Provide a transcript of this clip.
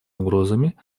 угрозами